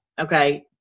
Okay